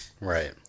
right